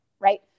Right